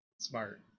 smart